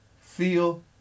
feel